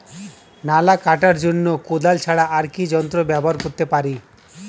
নালা কাটার জন্য কোদাল ছাড়া আর কি যন্ত্র ব্যবহার করতে পারি?